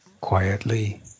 quietly